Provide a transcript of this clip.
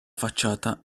facciata